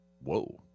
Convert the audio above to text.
Whoa